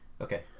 Okay